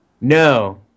No